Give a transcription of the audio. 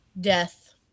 Death